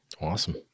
Awesome